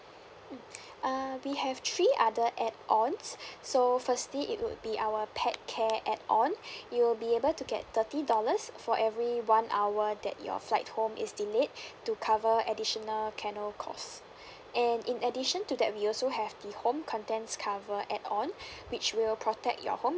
mm uh we have three other add ons so firstly it would be our pet care add on you'll be able to get thirty dollars for every one hour that your flight home is delayed to cover additional canal cost and in addition to that we also have the home contents cover add on which will protect your home